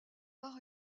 par